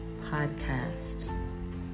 podcast